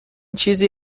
چیزی